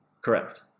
Correct